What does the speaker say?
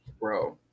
Bro